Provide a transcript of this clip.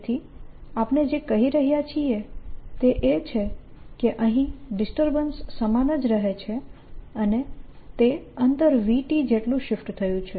તેથી આપણે જે કહી રહ્યા છીએ તે એ છે કે અહીં ડિસ્ટર્બન્સ સમાન જ રહે છે અને તે અંતર v t જેટલું શિફ્ટ થયું છે